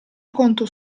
conto